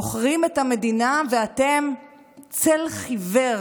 מוכרים את המדינה, ואתם צל חיוור